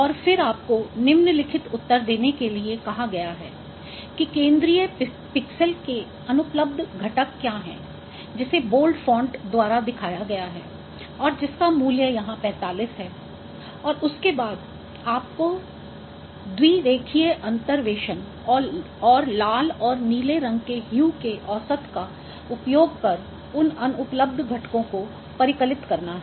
और फिर आपको निम्नलिखित उत्तर देने के लिए कहा गया है कि केंद्रीय पिक्सेल के अनुपलब्ध घटक क्या हैं जिसे बोल्ड फ़ॉन्ट द्वारा दिखाया गया है और जिसका मूल्य यहां 45 है और उसके बाद आप को द्विरेखीय अंतर्वेशन और लाल और नीले रंग के ह्यू के औसत का उपयोग कर उन अनुपलब्ध घटकों को परिकलित करना है